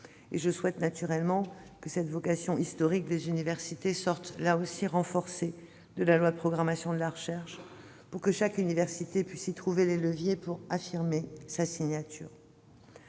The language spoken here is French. Je souhaite naturellement que cette vocation historique des universités sorte renforcée de la loi de programmation et que chaque université puisse y trouver les outils pour affermir sa signature.